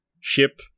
ship